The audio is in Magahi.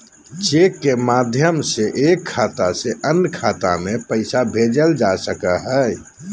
चेक के माध्यम से एक खाता से अन्य खाता में पैसा भेजल जा सको हय